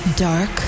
Dark